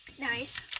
Nice